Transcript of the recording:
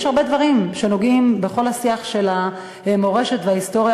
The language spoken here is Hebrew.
יש הרבה דברים שנוגעים בכל השיח של המורשת וההיסטוריה